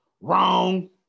Wrong